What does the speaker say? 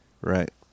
Right